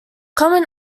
common